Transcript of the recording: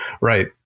Right